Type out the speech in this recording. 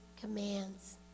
commands